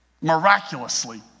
miraculously